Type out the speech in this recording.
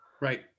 Right